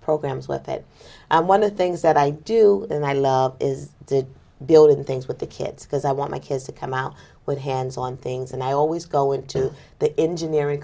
programs with it and one of the things that i do and i love is building things with the kids because i want my kids to come out with hands on things and i always go into the engineering